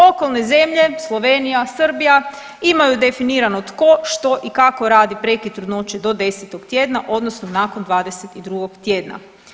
Okolne zemlje Slovenija, Srbija imaju definirano tko, što i kako radi prekid trudnoće do 10 tjedna odnosno nakon 22 tjedna.